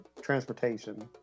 transportation